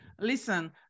listen